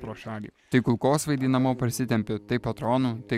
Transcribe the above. pro šalį tai kulkosvaidį namo parsitempiu taip patronų tai